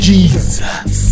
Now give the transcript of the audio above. Jesus